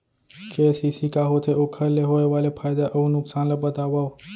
KCC का होथे, ओखर ले होय वाले फायदा अऊ नुकसान ला बतावव?